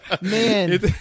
Man